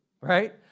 right